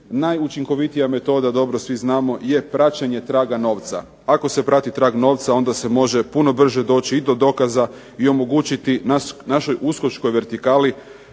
najučinkovitija metoda, dobro svi znamo, je praćenje traga novca. Ako se prati trag novca onda se može puno brže doći i do dokaza i omogućiti našoj USKOK-čkoj vertikali